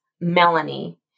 Melanie